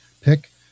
pick